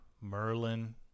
Merlin